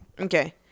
okay